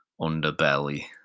underbelly